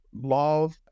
love